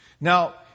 Now